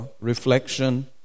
reflection